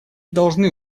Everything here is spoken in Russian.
должны